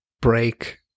break